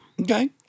Okay